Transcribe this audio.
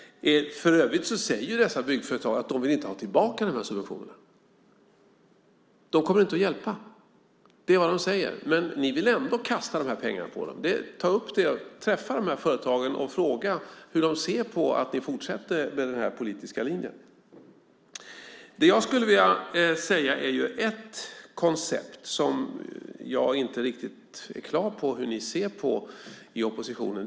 För övrigt säger dessa byggföretag att de inte vill ha tillbaka den här subventionen. Den kommer inte att hjälpa. Det är vad de säger. Men ni vill ändå kasta de här pengarna på dem. Ta upp detta! Träffa de här företagen och fråga hur de ser på att ni fortsätter med den här politiska linjen! Det jag skulle vilja tala om är ett koncept. Jag är inte riktigt klar över hur ni ser på det i oppositionen.